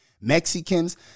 Mexicans